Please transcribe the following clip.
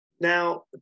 Now